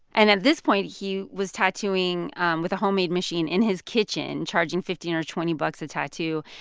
and at this point, he was tattooing um with a homemade machine in his kitchen, charging fifteen or twenty bucks a tattoo,